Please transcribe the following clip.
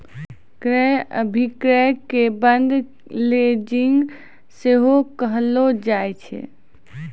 क्रय अभिक्रय के बंद लीजिंग सेहो कहलो जाय छै